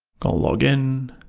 going to login.